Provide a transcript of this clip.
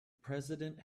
president